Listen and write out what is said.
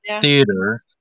theater